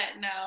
no